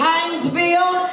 Hinesville